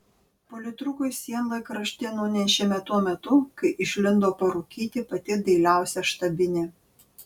politrukui sienlaikraštį nunešėme tuo metu kai išlindo parūkyti pati dailiausia štabinė